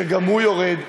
שגם הוא יורד,